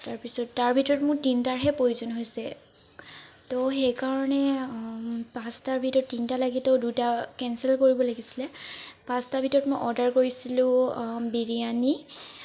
তাৰপিছত তাৰ ভিতৰত মোৰ তিনিটাৰহে প্ৰয়োজন হৈছে ত' সেইকাৰণে পাঁচটাৰ ভিতৰত তিনিটা লাগে ত' দুটা কেনচেল কৰিব লাগিছিলে পাঁচটাৰ ভিতৰত মই অৰ্ডাৰ কৰিছিলো বিৰিয়ানী